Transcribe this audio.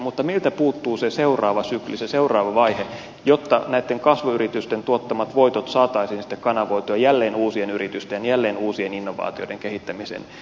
mutta meiltä puuttuu se seuraava sykli se seuraava vaihe jotta näitten kasvuyritysten tuottamat voitot saataisiin sitten kanavoitua jälleen uusien yritysten jälleen uusien innovaatioiden kehittämiseen